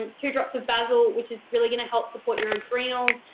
um two drops of basil, which is really gonna help support your adrenals,